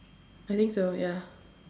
I think so ya